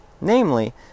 Namely